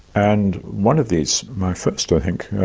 and one of these, my first i think,